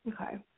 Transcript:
Okay